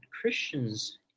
Christians